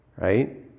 right